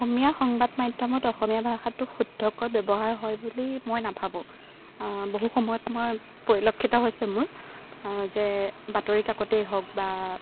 অসমীয়া সংবাদ মাধ্যমত অসমীয়া ভাষাটো শুদ্ধকৈ ব্যৱহাৰ হয় বুলি মই নাভাবো বহু সময়ত মই পৰিলক্ষিত হৈছে মোৰ যে বাতৰি কাকতেই হওক বা